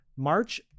March